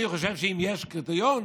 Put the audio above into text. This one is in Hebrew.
אני חושב שאם יש קריטריון,